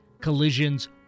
collisions